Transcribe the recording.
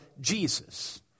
Jesus